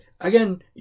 again